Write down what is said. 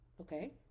okay